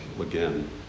again